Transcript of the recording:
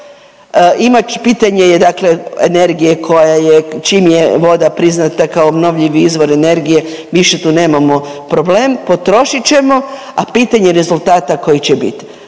pitanje je dakle energije koja je čim je voda priznata kao obnovljivi izvor energije više tu nemamo problem, potrošit ćemo, a pitanje rezultata koji će bit.